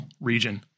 region